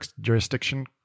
jurisdiction